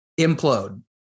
implode